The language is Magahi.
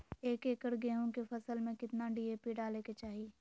एक एकड़ गेहूं के फसल में कितना डी.ए.पी डाले के चाहि?